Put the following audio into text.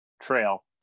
trail